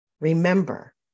remember